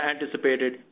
anticipated